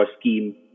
Scheme